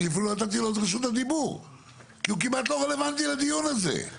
אני אפילו לא נתתי לו את רשות הדיבור כי הוא כמעט לא רלוונטי לדיון הזה.